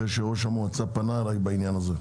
אחרי שראש המועצה פנה אליי בעניין הזה,